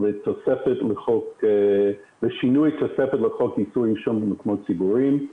שינוי התוספת בחוק עישון במקומות ציבוריים.